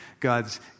God's